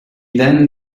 then